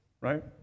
right